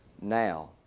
now